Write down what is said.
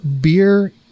beer